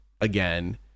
again